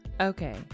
Okay